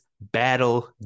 battle